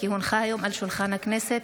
כי הונחה היום על שולחן הכנסת,